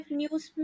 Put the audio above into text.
news